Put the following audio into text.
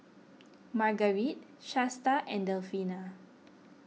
Margarite Shasta and Delfina